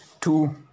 two